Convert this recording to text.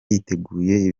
yiteguye